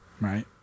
Right